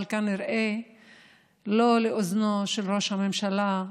אבל כנראה לא לאוזנו של ראש הממשלה,